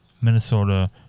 Minnesota